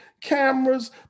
cameras